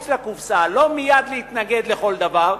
מחוץ לקופסה, לא מייד להתנגד לכל דבר,